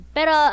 Pero